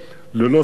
ללא ספק,